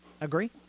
Agree